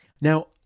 Now